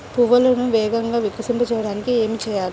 పువ్వులను వేగంగా వికసింపచేయటానికి ఏమి చేయాలి?